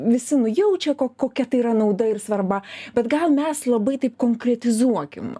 visi nujaučia ko kokia tai yra nauda ir svarba bet gal mes labai taip konkretizuokim